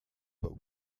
but